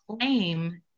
claim